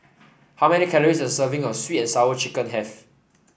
how many calories does a serving of sweet and Sour Chicken have